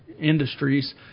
industries